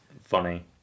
funny